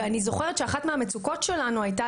אני זוכרת שאחת מהמצוקות שלנו הייתה